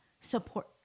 support